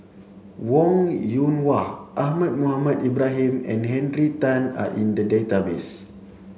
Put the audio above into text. Wong Yoon Wah Ahmad Mohamed Ibrahim and Henry Tan are in the database